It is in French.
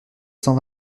cent